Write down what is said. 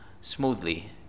smoothly